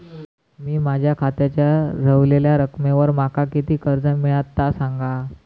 मी माझ्या खात्याच्या ऱ्हवलेल्या रकमेवर माका किती कर्ज मिळात ता सांगा?